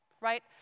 right